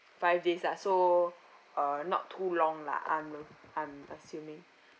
five days ah so uh not too long lah I'm a~ I'm assuming